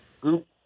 group